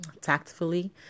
tactfully